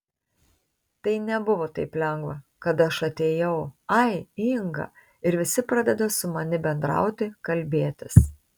tai nebuvo taip lengva kad aš atėjau ai inga ir visi pradeda su mani bendrauti kalbėtis